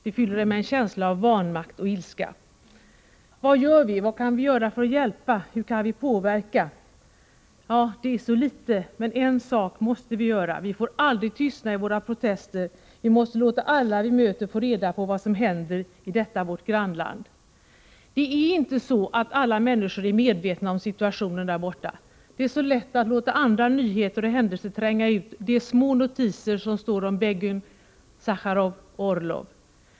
Det fyller en med en känsla av vanmakt och ilska. Vad gör vi, vad kan vi göra för att hjälpa, hur kan vi påverka? Det är så litet vi kan göra, men en sak måste vi göra — vi får aldrig tystna i våra protester, vi måste låta alla vi möter få reda på vad som händer i detta vårt grannland. Det är inte så att alla människor är medvetna om situationen där borta. Det är så lätt att låta andra nyheter och händelser tränga ut de små notiser som står om Begun, Sacharov och Orlov.